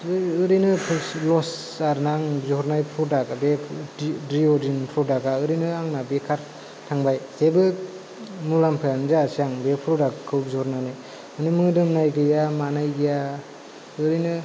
ओरैनो फैसा लस आरो आं बिहरनाय प्रडाकआ दिअदिन प्रडाकआ आं ओरैनो आंना बेखार थांबाय जेबो मुलामफायानो जायासै आं बे प्रडाकखौ बिहरनानै मोदोमनाय गैया मानाय गैया ओरैनो